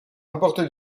important